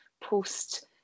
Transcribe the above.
post